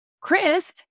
Chris